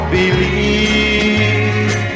believe